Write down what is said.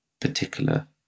particular